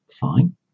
Fine